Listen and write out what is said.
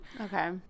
Okay